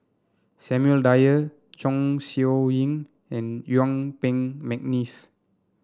Samuel Dyer Chong Siew Ying and Yuen Peng McNeice